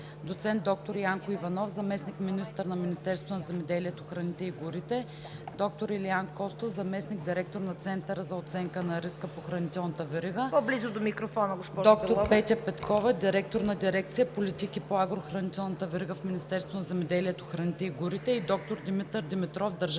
доктор Илиян Костов – заместник-директор на Центъра за оценка на риска по хранителната верига, доктор Петя Петкова – директор на дирекция „Политики по агрохранителната верига“ в Министерството на земеделието, храните и горите,